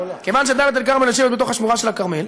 מכיוון שדאלית-אל-כרמל יושבת בתוך השמורה של הכרמל,